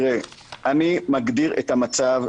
אני מגדיר את המצב,